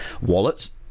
wallets